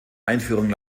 einführung